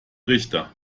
richter